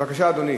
בבקשה, אדוני.